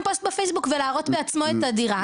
פוסט בפייסבוק ולהראות בעצמו את הדירה,